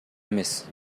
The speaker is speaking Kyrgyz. эмес